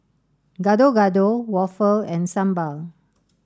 Gado Gado Waffle and Sambal